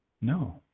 No